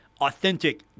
authentic